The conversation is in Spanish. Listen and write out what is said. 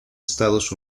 estados